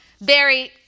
Barry